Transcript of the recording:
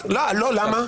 למה?